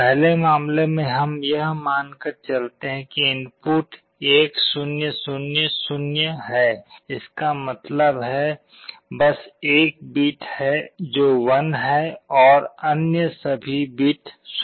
पहले मामले में हम यह मानकर चलते है कि इनपुट 1 0 0 0 है इसका मतलब है बस एक बिट 1 है और अन्य सभी बिट 0 हैं